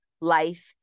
life